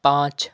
پانچ